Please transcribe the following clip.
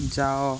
ଯାଅ